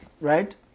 right